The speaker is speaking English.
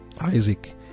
Isaac